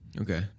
Okay